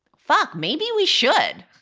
fuck maybe we should.